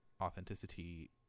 authenticity